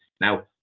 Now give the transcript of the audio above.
now